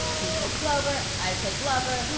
she says glover, i say glover.